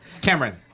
Cameron